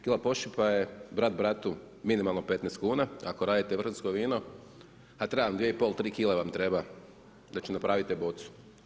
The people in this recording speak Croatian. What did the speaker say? Kila pošipa je brat-bratu minimalno 15 kuna, ako radite vrhunsko vino, a treba vam 2,5, 3 kile vam treba da napravite bocu.